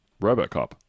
Robocop